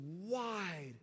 wide